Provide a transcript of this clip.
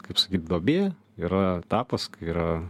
kaip sakyt duobė yra etapas yra